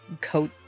coat